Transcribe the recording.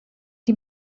die